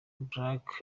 black